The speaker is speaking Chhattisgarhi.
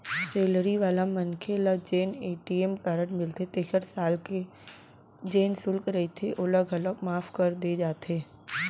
सेलरी वाला मनखे ल जेन ए.टी.एम कारड मिलथे तेखर साल के जेन सुल्क रहिथे ओला घलौक माफ कर दे जाथे